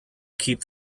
keep